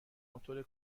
موتور